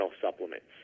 supplements